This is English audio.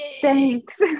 Thanks